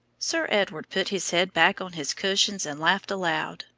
sir edward put his head back on his cushions and laughed aloud.